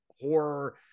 horror